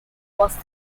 was